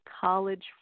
college